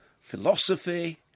philosophy